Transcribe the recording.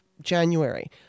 January